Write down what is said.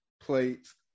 plates